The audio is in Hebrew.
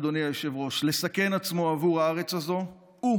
אדוני היושב-ראש, לסכן עצמו עבור הארץ הזו, הוא